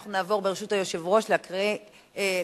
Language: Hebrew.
אנחנו נעבור, ברשות היושב-ראש, להצבעה